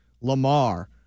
Lamar